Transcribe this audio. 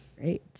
Great